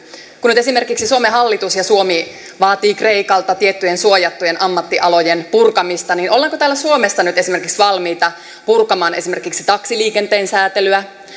kun nyt esimerkiksi suomen hallitus ja suomi vaatii kreikalta tiettyjen suojattujen ammattialojen purkamista niin ollaanko täällä suomessa nyt valmiita purkamaan esimerkiksi taksiliikenteen sääntelyä